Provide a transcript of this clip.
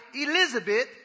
Elizabeth